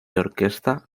orquesta